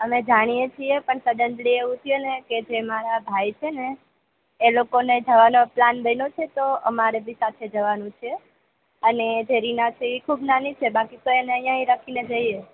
અમે જાણીએ છીએ પણ સડન્લી એવું થયું કે જે મારા ભાઈ છેને એ લોકોને જવાનો પ્લાન બન્યો છે તો અમારે બી સાથે જવાનું છે અને જે રીના છે એ ખૂબ નાની છે બાકી તો એને અહિયાં ય રાખીને જઈએ